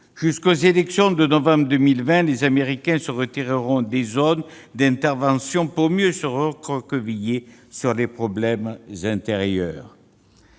jusqu'aux élections de novembre 2020, les Américains se retireront des zones d'intervention pour mieux se recroqueviller sur leurs problèmes intérieurs.